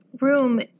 room